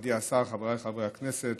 מכובדי השר, חבריי חברי הכנסת,